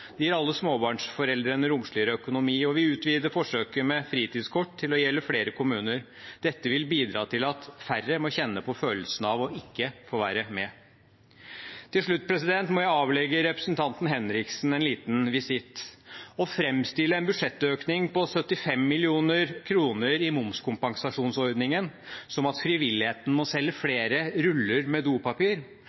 Det gir alle småbarnsforeldre en romsligere økonomi. Og vi utvider forsøket med fritidskort til å gjelde flere kommuner. Dette vil bidra til at færre må kjenne på følelsen av å ikke få være med. Til slutt må jeg avlegge representanten Henriksen en liten visitt: Å framstille en budsjettøkning på 75 mill. kr i momskompensasjonsordningen som at frivilligheten må selge flere ruller med dopapir,